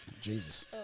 Jesus